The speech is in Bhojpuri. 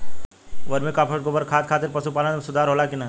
वर्मी कंपोस्ट गोबर खाद खातिर पशु पालन में सुधार होला कि न?